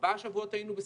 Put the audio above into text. ארבעה שבועות היינו בסגר,